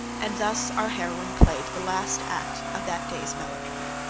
and thus our heroine played the last act of that day's melodrama.